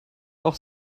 auch